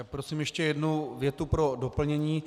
Prosím ještě jednu větu pro doplnění.